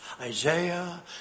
Isaiah